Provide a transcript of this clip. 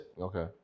Okay